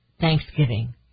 thanksgiving